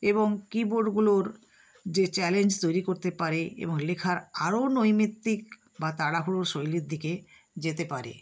এবং কিবোর্ডগুলোর যে চ্যালেঞ্জ তৈরি করতে পারে এবং লেখার আরো নৈমিত্তিক বা তাড়াহুড়ো শৈলীর দিকে যেতে পারে